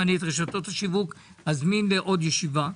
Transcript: ואני אזמין את רשתות השיווק לעוד ישיבה.